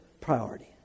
priority